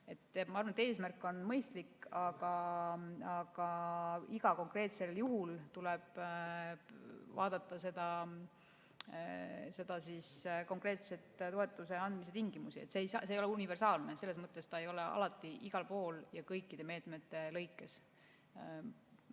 ma arvan, et eesmärk on mõistlik, aga igal konkreetsel juhul tuleb vaadata konkreetse toetuse andmise tingimusi. See ei ole universaalne, see ei ole alati igal pool ja kõikide meetmete lõikes